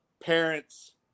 parents